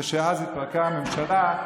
כשהתפרקה הממשלה,